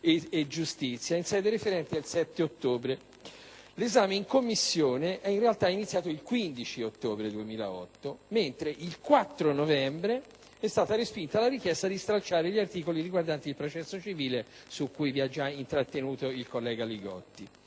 e giustizia in sede referente il 7 ottobre. L'esame in Commissione è, in realtà, iniziato il 15 ottobre 2008, mentre il 4 novembre è stata respinta la richiesta di stralciare gli articoli riguardanti il processo civile, su cui vi ha già intrattenuto il collega Li Gotti.